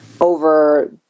over